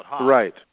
Right